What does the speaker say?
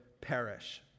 perish